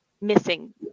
missing